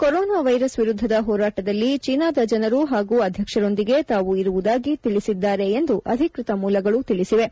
corona virus ವಿರುದ್ದದ ಹೋರಾಟದಲ್ಲಿ ಚೀನಾದ ಜನರು ಹಾಗೂ ಅಧ್ಯಕ್ಷರೊಂದಿಗೆ ತಾವು ಇರುವುದಾಗಿ ತಿಳಿಸಿದ್ದಾರೆ ಎಂದು ಅಧಿಕೃತ ಮೂಲಗಳು ತಿಳಿಸಿವೆ